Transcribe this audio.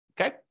okay